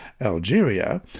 Algeria